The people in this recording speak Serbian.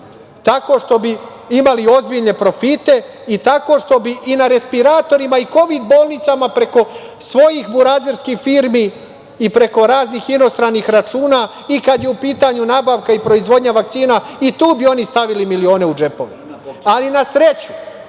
tako što bi imali ozbiljne profite i tako što bi i na respiratorima i kovid bolnicama preko svojih burazerskih firmi i preko raznih inostranih računa, i kad je u pitanju nabavka i proizvodnja vakcina, i tu bi oni stavili milione u džepove. Ali, na sreću